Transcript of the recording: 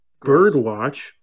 Birdwatch